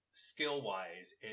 Skill-wise